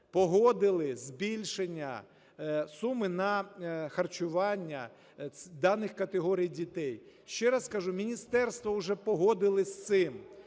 погодили збільшення суми на харчування даних категорій дітей. Ще раз кажу, міністерства уже погодились з цим,